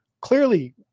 Clearly